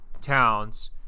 Towns